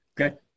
Okay